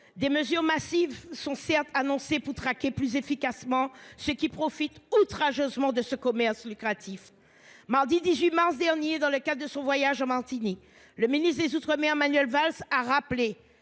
des mesures massives sont annoncées pour traquer plus efficacement ceux qui profitent outrageusement de ce commerce lucratif. Mardi 18 mars dernier, dans le cadre de son voyage en Martinique, le ministre des outre mer Manuel Valls a rappelé